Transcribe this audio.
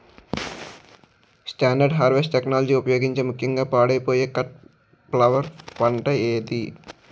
Standard harvest టెక్నాలజీని ఉపయోగించే ముక్యంగా పాడైపోయే కట్ ఫ్లవర్ పంట ఏది?